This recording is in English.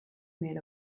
maid